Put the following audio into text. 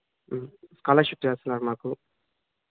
scholarship చేస్తున్నారు మాకు